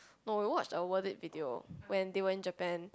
no we watched a worth it video when they went Japan